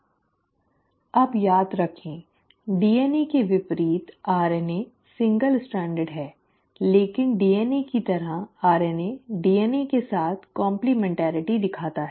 अब याद रखें डीएनए के विपरीत आरएनए सिंगल स्ट्रेन्डड है लेकिन डीएनए की तरह आरएनए डीएनए के साथ काम्प्लिमेन्टैरिटी दिखाता है